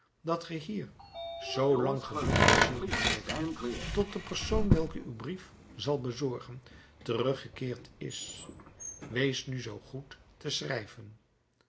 dat ge hier zoo lang gebonden zult blijven tot de persoon welke uw brief zal bezorgen teruggekeerd is wees nu zoo goed te schrijven